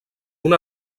una